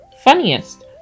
funniest